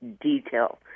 detail